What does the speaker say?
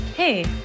Hey